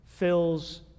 fills